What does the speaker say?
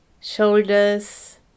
shoulders